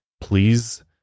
Please